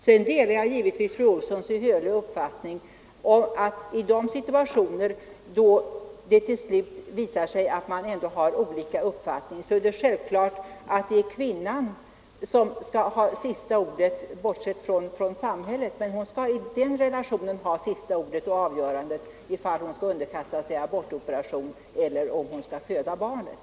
I de fall då det visar sig — på den punkten delar jag givetvis fru Olssons uppfattning — att mannen och kvinnan har olika mening i denna fråga, är det självklart att kvinnan skall ha sista ordet av dem båda — alltså bortsett från samhället — och få avgöra om hon skall underkasta sig abortoperation eller om hon skall föda barnet.